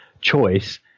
choice